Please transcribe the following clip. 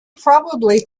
probably